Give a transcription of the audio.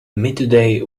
midday